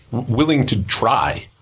willing to try,